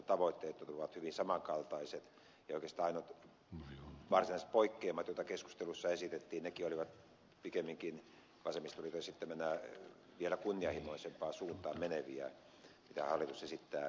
tavoitteet olivat hyvin samankaltaiset ja oikeastaan ainoat varsinaiset poikkeamat joita keskusteluissa esitettiin olivat pikemminkin vasemmistoliiton esittäminä vielä kunnianhimoisempaan suuntaan meneviä kuin hallitus esittää arviossa